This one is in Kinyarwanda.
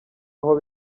aho